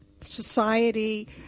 society